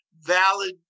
valid